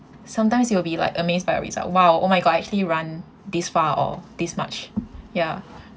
sometimes you will be like amazed by result !wow! oh my god I actually run this far or these much ya